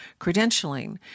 credentialing